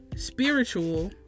spiritual